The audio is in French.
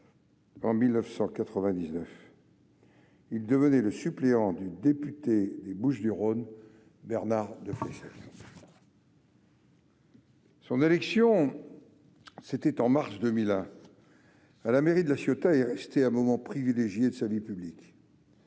en 1999, en devenant le suppléant du député des Bouches-du-Rhône Bernard Deflesselles. Son élection, en mars 2001, à la mairie de La Ciotat est restée un moment privilégié de sa vie publique.